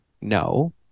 No